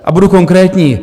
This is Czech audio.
A budu konkrétní.